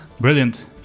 Brilliant